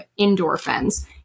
endorphins